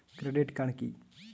Credit card কি?